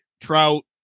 Trout